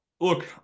look